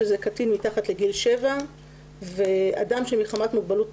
שזה קטין מתחת לגיל שבע ואדם שמחמת מוגבלות נפשית,